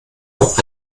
auch